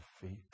defeat